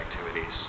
activities